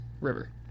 River